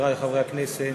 חברי חברי הכנסת,